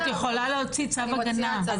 אני מוציאה צו הגנה, אבל מה זה צו הגנה.